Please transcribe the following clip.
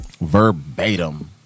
Verbatim